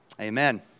Amen